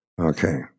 Okay